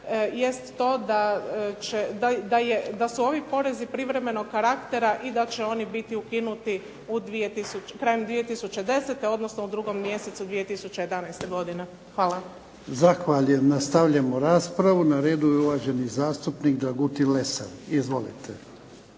jest to da su ovi porezi privremenog karaktera i da će oni biti ukinuti krajem 2010., odnosno u drugom mjesecu 2011. godine. **Jarnjak, Ivan (HDZ)** Zahvaljumem. Nastavljamo raspravu. Na redu je uvaženi zastupnik Dragutin Lesar. Izvolite.